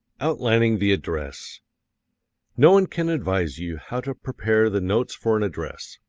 outlining the address no one can advise you how to prepare the notes for an address.